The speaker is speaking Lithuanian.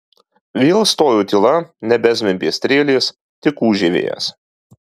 vėl stojo tyla nebezvimbė strėlės tik ūžė vėjas